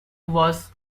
was